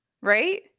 right